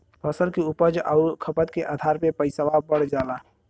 फसल के उपज आउर खपत के आधार पे पइसवा बढ़ जाला